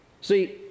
see